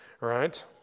right